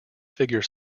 figure